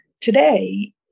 today